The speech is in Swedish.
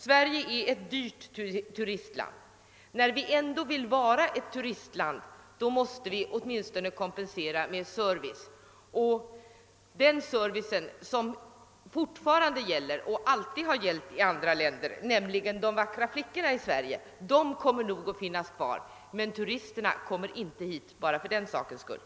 Sverige är ett dyrt turistland. När vi ändå vill vara ett turistland måste vi åtminstone kompensera med service. De vackra flickorna som Sverige är känt för kommer nog att finnas kvar, men turisterna kommer inte hit bara för deras skull.